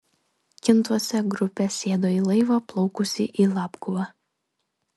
kintuose grupė sėdo į laivą plaukusį į labguvą